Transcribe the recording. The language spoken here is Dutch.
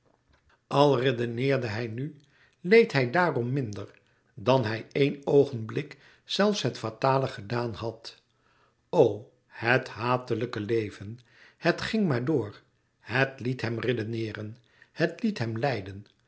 al redeneerde hij nu leed hij daarom minder dan hij één oogenblik zelfs het fatale gedaan had o het hatelijke leven het ging maar door het liet hem redeneeren het liet hem lijden